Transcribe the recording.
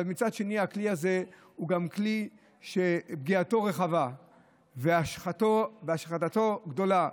אבל מצד שני הכלי הזה הוא גם כלי שפגיעתו רחבה והשחתתו גדולה.